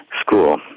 School